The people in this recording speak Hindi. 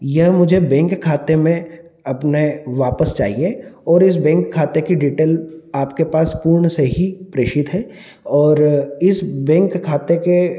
यह मुझे बैंक खाते में अपने वापस चाहिए और इस बैंक खाते की डिटेल आपके पास पूर्ण से ही प्रेषित है और इस बैंक खाते के